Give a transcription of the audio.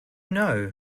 know